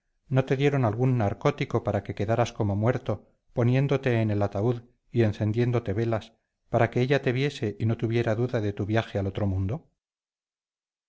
no te dieron algún narcótico hasta que quedaras como muerto poniéndote en el ataúd y encendiéndote velas para que ella te viese y no tuviera duda de tu viaje al otro mundo